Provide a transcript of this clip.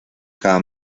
cada